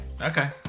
Okay